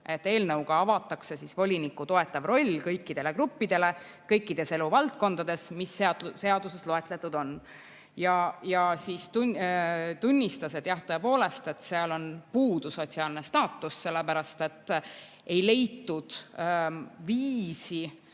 eelnõuga avatakse voliniku toetav roll kõikidele gruppidele kõikides eluvaldkondades, mis seaduses loetletud on. Ta tunnistas, et tõepoolest on seal puudu sotsiaalne staatus, sellepärast et koostöös